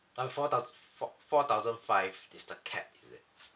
um four thous~ four four thousand five is the cap is it